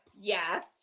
yes